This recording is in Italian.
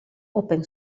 open